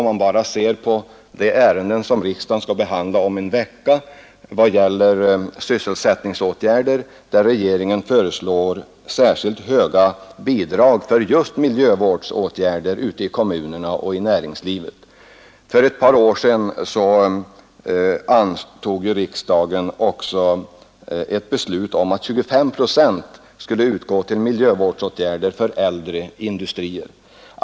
Om vi bara ser på de ärenden som riksdagen skall behandla om en vecka vad gäller sysselsättningsåtgärder, så föreslår regeringen särskilt höga bidrag för just miljövårdsåtgärder ute i kommunerna och i näringslivet. För ett par år sedan fattade ju riksdagen också ett beslut om att ett 25-procentigt bidrag skulle utgå till miljövårdsåtgärder för äldre industrier.